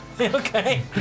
Okay